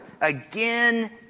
...again